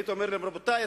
היית אומר להם: רבותי ,